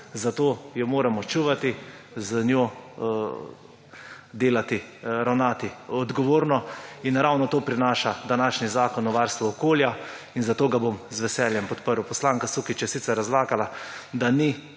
Zato jo moramo čuvati, z njo delati, ravnati odgovorno. In ravno to prinaša današnji zakon o varstvu okolja in zato ga bom z veseljem podprl. Poslanka Sukič je sicer razlagala, da ni